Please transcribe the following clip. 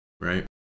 right